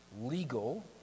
legal